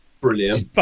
Brilliant